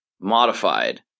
modified